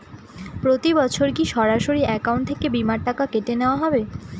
প্রতি বছর কি সরাসরি অ্যাকাউন্ট থেকে বীমার টাকা কেটে নেওয়া হবে?